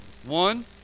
one